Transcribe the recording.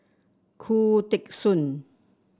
Khoo Teng Soon